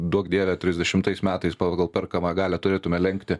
duok dieve trisdešimtais metais pagal perkamąją galią turėtume lenkti